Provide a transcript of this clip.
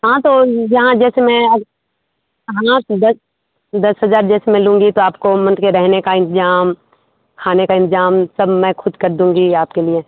हाँ तो जहाँ जैसे मैं अब हाँ तो दस दस हज़ार जैसे मैं लूँगी तो आपको मंथ के रहने का इंतज़ाम खाने का इंतज़ाम सब मैं खुद कर दूँगी आपके लिए